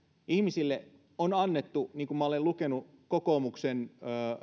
ihmisille on annettu ymmärtää niin kuin minä olen lukenut kokoomuksen